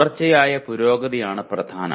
തുടർച്ചയായ പുരോഗതിയാണ് പ്രധാനം